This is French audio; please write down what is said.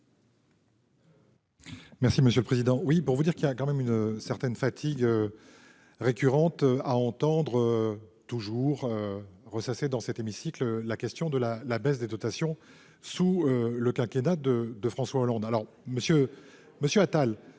retire, monsieur le président.